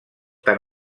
tan